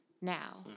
now